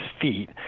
feet